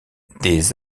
des